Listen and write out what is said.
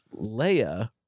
Leia